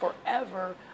forever